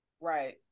Right